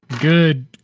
Good